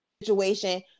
situation